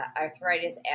arthritis